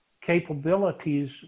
capabilities